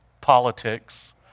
politics